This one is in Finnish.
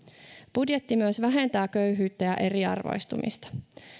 budjetti myös vähentää köyhyyttä ja eriarvoistumista